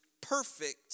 perfect